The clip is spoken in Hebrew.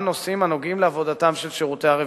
נושאים הנוגעים לעבודתם של שירותי הרווחה,